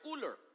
cooler